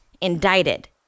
indicted